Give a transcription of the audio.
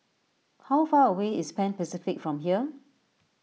how far away is Pan Pacific from here